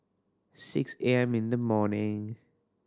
six A M in the morning